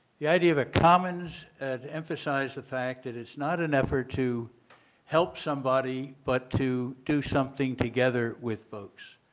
the idea of a commons, to and emphasize the fact that it's not an effort to help somebody but to do something together with folks.